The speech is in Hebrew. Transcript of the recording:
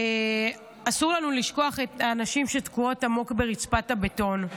אסור לנו לשכוח את האנשים שתקועות עמוק ברצפת הבטון.